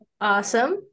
Awesome